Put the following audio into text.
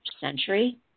century